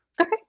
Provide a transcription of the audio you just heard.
Okay